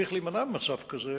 צריך להימנע ממצב כזה